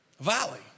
Valley